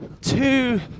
two